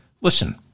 Listen